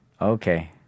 Okay